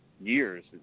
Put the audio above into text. years